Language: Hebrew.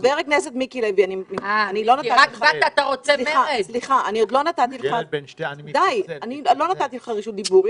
חבר הכנסת מיקי לוי, עוד לא נתתי לך רשות דיבור.